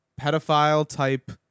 pedophile-type